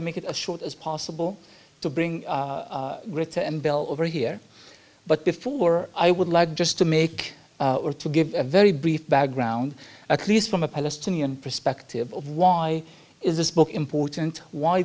to make it short as possible to bring ritter and bill over here but before i would like just to make sure to give a very brief background at least from a palestinian perspective of why is this book important why